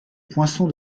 poinçon